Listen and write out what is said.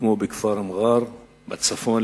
כמו בכפר מע'אר בצפון,